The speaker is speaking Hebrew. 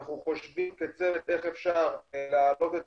אנחנו חושבים כצוות איך אפשר להגביר את